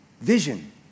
Vision